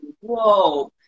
whoa